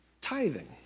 tithing